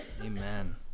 Amen